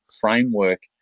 framework